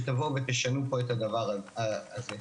שתבואו ותשנו את הדבר הזה.